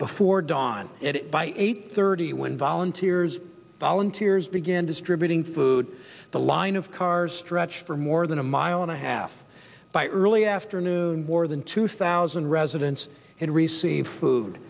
before dawn by eight thirty when volunteers volunteers began distributing food the line of cars stretch for more than a mile and a half by early afternoon more than two thousand residents can receive food